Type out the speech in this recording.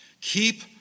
keep